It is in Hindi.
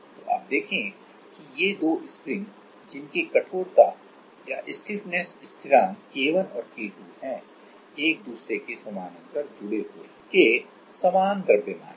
तो अब देखें कि ये दो स्प्रिंग जिनके स्टीफनेस स्थिरांक K1 और K2 हैं एक दूसरे के समानांतर जुड़े हुए हैं के समान द्रव्यमान हैं